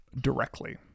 directly